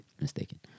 mistaken